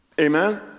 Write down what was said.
Amen